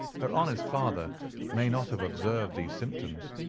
her honest father may not have observed these symptoms,